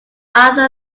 other